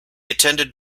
attended